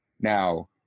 Now